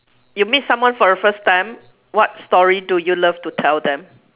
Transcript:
you meet someone for a first time what story do you love to tell them